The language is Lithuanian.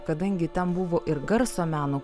kadangi ten buvo ir garso meno